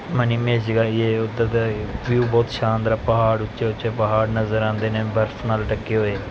ਮਨੀਮਹੇਸ਼ ਜਾਈਏ ਉੱਧਰ ਦਾ ਵਿਊ ਬਹੁਤ ਸ਼ਾਨਦਾਰ ਪਹਾੜ ਉੱਚੇ ਉੱਚੇ ਪਹਾੜ ਨਜ਼ਰ ਆਉਂਦੇ ਨੇ ਬਰਫ਼ ਨਾਲ ਢੱਕੇ ਹੋਏ